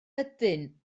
ydyn